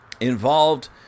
involved